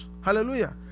Hallelujah